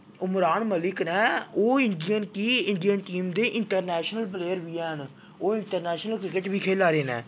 उमरान मलिक न ओह् Indian team दे इंटरनैश्नल प्लेयर बी हैन ओह् इंटरनैश्नल क्रिकेट बी खेला दे न